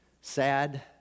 sad